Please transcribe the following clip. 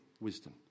wisdom